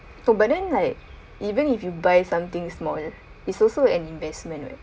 oh but then like even if you buy something smaller it is also an investment right